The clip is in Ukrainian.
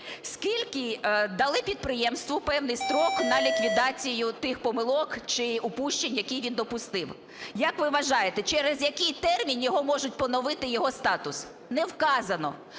Скільки... дали підприємству певний строк на ліквідацію тих помилок чи упущень, які він допустив. Як ви вважаєте, через який термін його можуть поновити його статус? Не вказано.